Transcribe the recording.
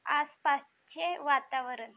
आसपासचे वातावरण